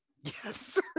Yes